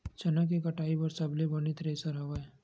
चना के कटाई बर सबले बने थ्रेसर हवय?